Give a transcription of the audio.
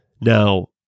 Now